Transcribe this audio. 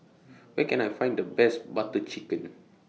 Where Can I Find The Best Butter Chicken